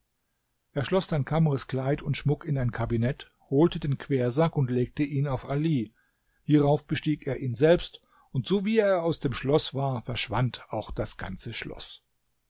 er schloß dann kamrs kleid und schmuck in ein kabinett holte den quersack und legte ihn auf ali hierauf bestieg er ihn selbst und sowie er aus dem schloß war verschwand auch das ganze schloß